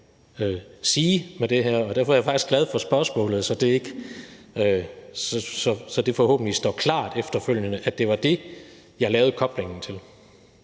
sige med det her. Derfor er jeg faktisk glad for spørgsmålet, så det efterfølgende forhåbentlig står klart, at det var det, jeg lavede koblingen til.